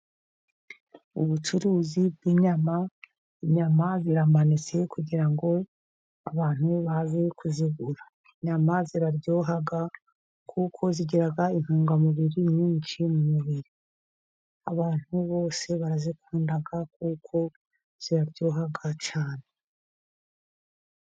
Ubucuruzi bw'inyama, inyama ziramanitse kugira ngo abantu baze kuzigura, inyama ziraryoha ,kuko zigira intungamubiri nyinshi mu mubiri ,abantu bose barazikunda kuko ziraryoha cyane.